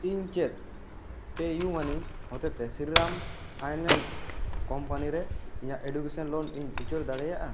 ᱤᱧ ᱪᱮᱫ ᱯᱮᱤᱭᱩᱢᱟᱱᱤ ᱦᱚᱛᱮᱛᱮ ᱥᱤᱨᱤᱨᱟᱢ ᱯᱷᱟᱭᱱᱟᱥ ᱠᱳᱢᱯᱟᱱᱤ ᱨᱮ ᱤᱧᱟᱜ ᱮᱰᱩᱠᱮᱥᱚᱱ ᱞᱳᱱ ᱤᱧ ᱩᱪᱟᱹᱲ ᱫᱟᱲᱮᱭᱟᱜᱼᱟ